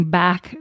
back